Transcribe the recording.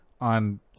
on